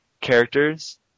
characters